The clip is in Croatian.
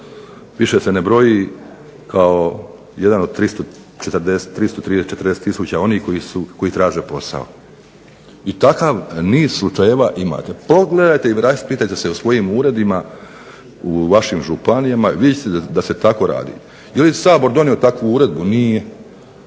Više se ne broji kao jedan od 340000 onih koji traže posao. I takav niz slučajeva imate. Pogledajte i raspitajte se u svojim uredima, u vašim županijama i vidjet ćete da se tako radi. Je li Sabor donio takvu uredbu? Nije.